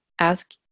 Ask